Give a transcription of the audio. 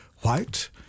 White